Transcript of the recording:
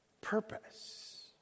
purpose